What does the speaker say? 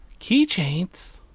keychains